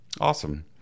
Awesome